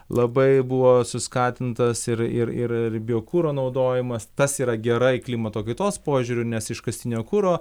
labai buvo suskatintas ir ir ir ir biokuro naudojimas tas yra gerai klimato kaitos požiūriu nes iškastinio kuro